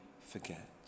forget